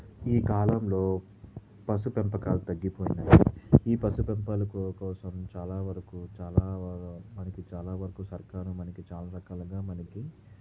ఈ కాలంలో పశుపెంపకాలు తగ్గిపోయినాయి ఈ పశుపెంపకాల కోసం చాలా వరకు చాలా బాగా మనకి చాలా వరకు సర్కారు మనకి చాలా రకాలుగా మనకి